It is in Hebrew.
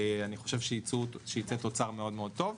אני חושב שיצא תוצר מאוד מאוד טוב.